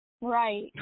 Right